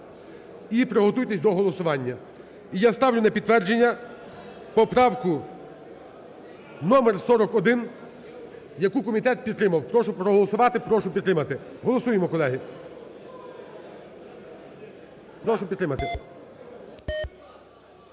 і приготуйтесь до голосування. І я ставлю на підтвердження поправку номер 41, яку комітет підтримав. Прошу проголосувати, прошу підтримати. Голосуємо, колеги. Прошу підтримати.